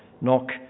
Knock